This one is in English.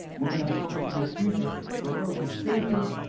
moving us closer to a future where roads are safer,